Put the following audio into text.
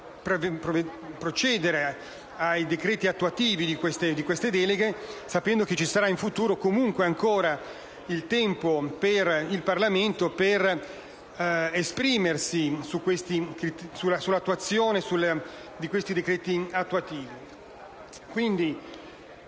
procedere ai decreti attuativi di queste deleghe, sapendo che in futuro, comunque, ci sarà ancora tempo per il Parlamento per esprimersi sull'attuazione di questi decreti attuativi.